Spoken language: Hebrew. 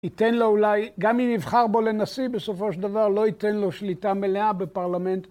ייתן לו אולי גם אם יבחר בו לנשיא בסופו של דבר לא ייתן לו שליטה מלאה בפרלמנט